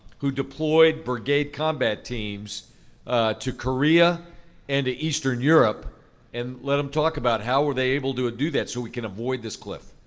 who deployed brigade combat teams to korea and to eastern europe and let them talk about how were they able to do that so we can avoid this cliff.